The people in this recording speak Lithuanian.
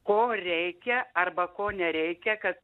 ko reikia arba ko nereikia kad